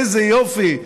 איזה יופי,